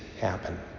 happen